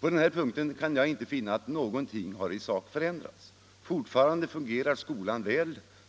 På den punkten kan jag inte finna att någonting har förändrats. Skolan fungerar fortfarande väl.